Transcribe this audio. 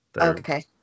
okay